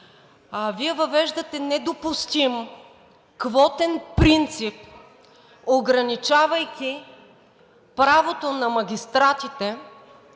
Вие въвеждате недопустим квотен принцип, ограничавайки правото на магистратите